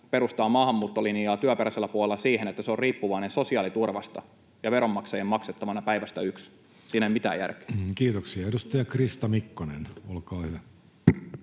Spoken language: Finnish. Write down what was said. perustaa maahanmuuttolinjaa työperäisellä puolella siihen, että se on riippuvainen sosiaaliturvasta ja veronmaksajien maksettavana päivästä yksi. Siinä ei ole mitään järkeä. Kiitoksia. — Edustaja Krista Mikkonen, olkaa hyvä.